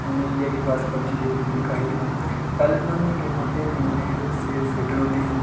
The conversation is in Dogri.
उ'नेंगी इ'यै की पब्बजी खेलना एह्का खेलना पैह्लें जमानै केह् की गेमां खेलने कन्नै सेह्त फिट्ट रौंह्दी ही